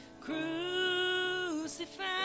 crucified